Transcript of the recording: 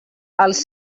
els